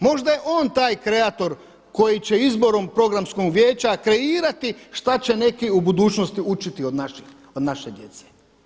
Možda je on taj kreator koji će izborom programskog vijeća kreirati šta će neki u budućnosti učiti od naše djece.